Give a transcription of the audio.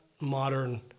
modern